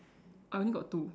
I only got two